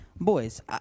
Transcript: boys